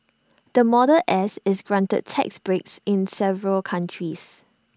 the model S is granted tax breaks in several countries